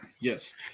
Yes